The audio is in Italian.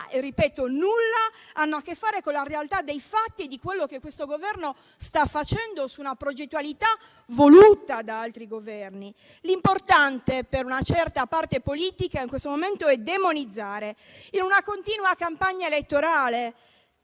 che nulla hanno a che fare con la realtà dei fatti e di quello che questo Governo sta facendo su una progettualità voluta da altri Governi. L'importante in questo momento, per una certa parte politica, è demonizzare, in una continua campagna elettorale